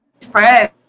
friends